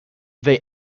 they